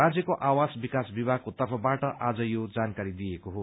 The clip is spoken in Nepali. राज्यको आवास विकास विभागको तर्फबाट आज यो जानकारी दिइएको हो